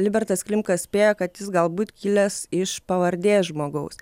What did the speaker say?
libertas klimka spėja kad jis galbūt kilęs iš pavardės žmogaus